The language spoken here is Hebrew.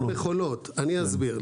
אניית מכולות אני אסביר.